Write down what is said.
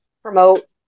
promote